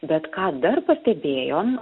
bet ką dar pastebėjom